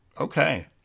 okay